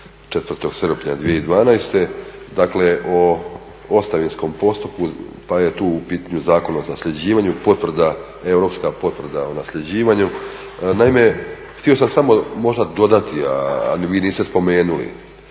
4. srpnja 2012. dakle o ostavinskom postupku pa je tu u pitanju Zakon o nasljeđivanju, Europska potvrda o nasljeđivanju. Naime, htio sam samo možda dodati a vi niste spomenuli